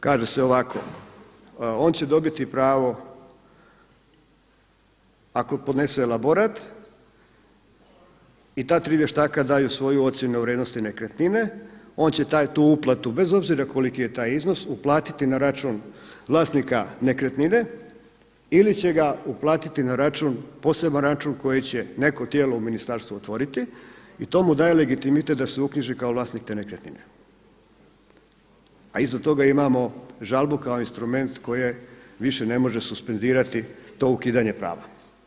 Kaže se ovako, on će dobiti pravo ako podnese elaborat i ta tri vještaka daju svoju ocjenu u vrijednosti nekretnine, on će tu uplatu bez obzira koliki je taj iznos uplatiti na račun vlasnika nekretnine ili će ga uplatiti na račun, poseban račun koji će neko tijelo u ministarstvu otvoriti i to mu daje legitimitet da se uknjiži kao vlasnik te nekretnine a iza toga imamo žalbu kao instrument koje više ne može suspendirati to ukidanje prava.